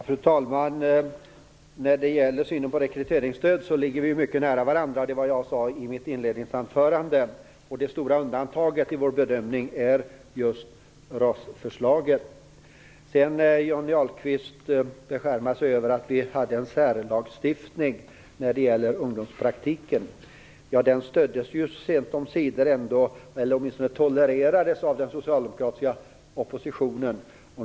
Fru talman! När det gäller synen på rekryteringsstöd ligger vi mycket nära varandra. Det var vad jag sade i mitt inledningsanförande. Det stora undantaget i vår bedömning är just RAS-förslaget. Johnny Ahlqvist beskärmar sig över att vi hade en särlagstiftning när det gäller ungdomspraktiken. Den stöddes, eller åtminstone tolererades, sent omsider av den socialdemokratiska oppositionen.